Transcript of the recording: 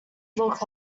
look